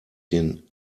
den